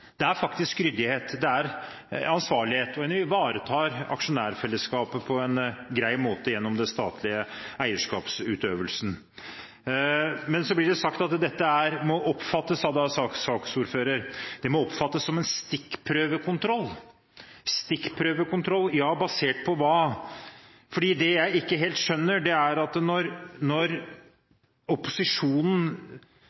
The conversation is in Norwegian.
ansvarlighet, og en ivaretar aksjonærfellesskapet på en grei måte gjennom den statlige eierskapsutøvelsen. Men så blir det sagt av saksordføreren at dette må oppfattes som en «stikkprøvekontroll». Stikkprøvekontroll basert på hva? Det jeg ikke helt skjønner når opposisjonen bruker ord som «brudd» på eierskapsmeldingen, eller i hvert fall brudd på Stortingets forutsetninger, er hvilke brudd det er som er avdekket. Det